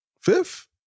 fifth